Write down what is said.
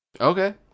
okay